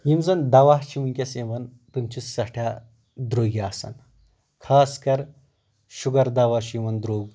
یِم زَن دوہ چھِ ؤنٛکیٚس یِوان تِم چھِ سٮ۪ٹھاہ درٛوٚگۍ آسان خاص کر شُگر دوہ چھُ یوان درٛوٚگ